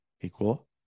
equal